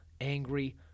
angry